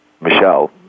Michelle